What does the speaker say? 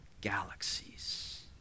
galaxies